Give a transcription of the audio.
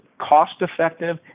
cost-effective